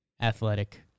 athletic